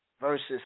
versus